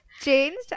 changed